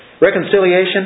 Reconciliation